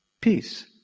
Peace